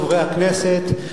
חברי הכנסת,